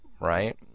right